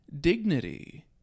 dignity